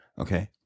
Okay